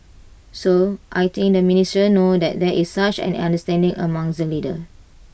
so I think the ministers know that there is such an understanding among the leaders